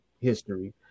history